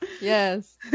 yes